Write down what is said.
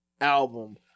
album